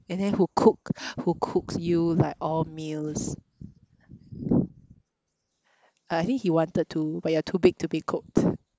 and then who cook who cooks you like all meals I think he wanted to but you are too big to be cooked